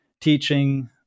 teaching